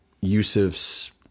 Yusuf's